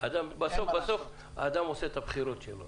בסוף האדם עושה את הבחירות שלו.